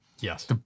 Yes